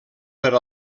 per